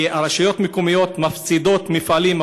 כי רשויות מקומיות מפסידות מפעלים,